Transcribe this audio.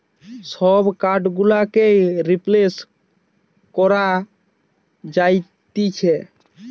সব কার্ড গুলোকেই রিপ্লেস করা যাতিছে